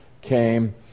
came